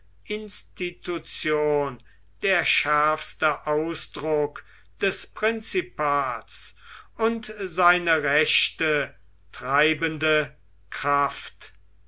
institution der schärfste ausdruck des prinzipats und seine rechte treibende kraft